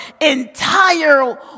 entire